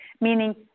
meaning